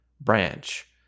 branch